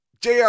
JR